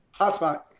Hotspot